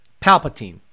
Palpatine